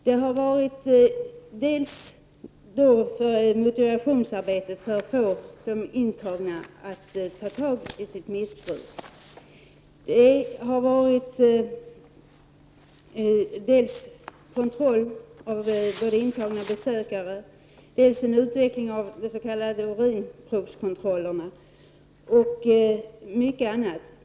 Det har handlat om dels motivationsarbete för att få de intagna att ta itu med sitt missbruk, dels utökad kontroll av både intagna och besökare, dels en utökning av de s.k. urinprovskontrollerna samt dels mycket annat.